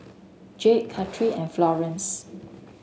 Jade Kathryn and Florance